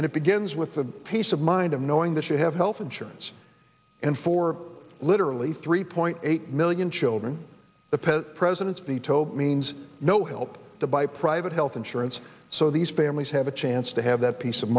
and it begins with the peace of mind of knowing that you have health insurance and for literally three point eight million children the pet president's veto means no help to buy private health insurance so these families have a chance to have that peace of